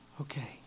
okay